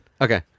Okay